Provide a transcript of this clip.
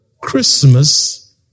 Christmas